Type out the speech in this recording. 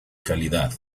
calidad